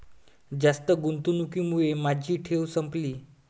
जास्त गुंतवणुकीमुळे माझी ठेव संपली